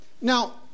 Now